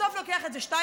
בסוף לוקח את זה שטייניץ.